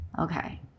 Okay